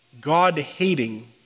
God-hating